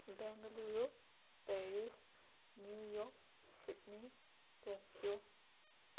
Bengaluru Paris New York ꯁꯤꯠꯅꯤ Tokyo